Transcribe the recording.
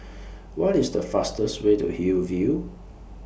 What IS The fastest Way to Hillview